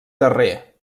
darrer